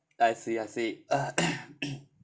I see I see uh